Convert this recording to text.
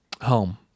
home